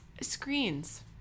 Screens